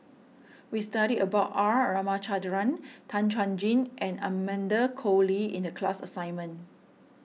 we studied about R Ramachandran Tan Chuan Jin and Amanda Koe Lee in the class assignment